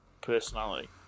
personality